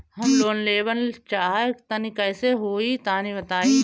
हम लोन लेवल चाह तनि कइसे होई तानि बताईं?